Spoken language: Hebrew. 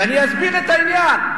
ואני אסביר את העניין.